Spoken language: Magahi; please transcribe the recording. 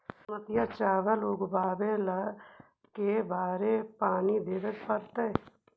बासमती चावल उगावेला के बार पानी देवे पड़तै?